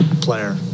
player